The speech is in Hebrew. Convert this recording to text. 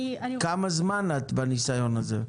כמה זמן את בניסיון הזה?